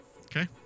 Okay